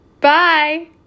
bye